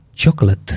Chocolate